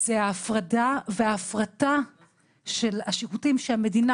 זה ההפרדה וההפרטה של השירותים שהמדינה